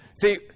See